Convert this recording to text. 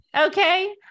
Okay